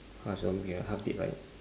half zombie ya half dead right